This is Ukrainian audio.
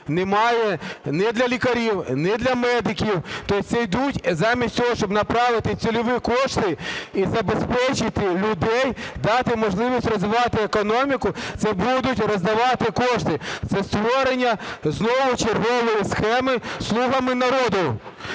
Немає ні для лікарів, ні для медиків, то есть це йдуть замість того, щоб направити цільові кошти і забезпечити людей, дати можливість розвивати економіку, це будуть роздавати кошти, це створення знову чергової схеми "слугами народу".